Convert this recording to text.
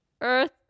earth